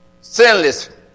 sinless